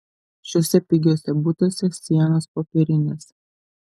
šiuose pigiuose butuose sienos popierinės